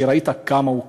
שראית כמה הוא קטן.